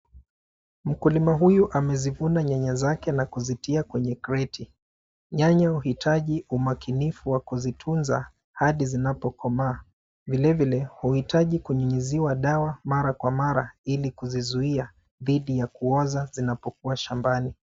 Mkulima huyu amezivuna nyanya zake na kuzitia kwenye kreti. Nyanya huhitaji umakinifu wa kuzitunza hadi zinapokomaa. Vile vile, huhitaji kunyunyiziwa dawa mara kwa mara ili kuzizuia dhidi ya kuoza zinapokua shambani.